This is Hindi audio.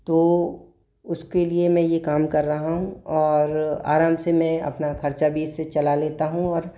तो उसके लिए मैं ये काम कर रहा हूँ और आराम से मैं अपना खर्चा भी इससे चला लेता हूँ और